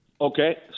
Okay